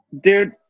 Dude